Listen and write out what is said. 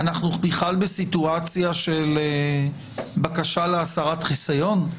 אנחנו בסיטואציה של בקשה להסרת חיסיון?